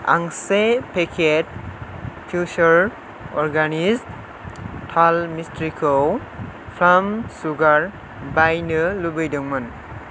आं से पेकेट फ्युसार अर्गेनिक्स थाल मिस्रिखौ बायनो लुबैदोंमोन